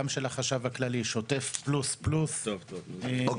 גם של החשב הכללי שוטף פלוס פלוס- -- אוקיי